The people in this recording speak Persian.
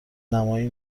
نمایی